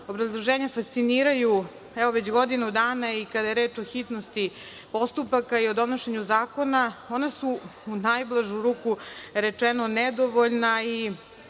obrazloženja fasciniraju, evo već godinu dana i, kada je reč o hitnosti postupaka i o donošenju zakona, ona su, u najblažu ruku rečeno, nedovoljna i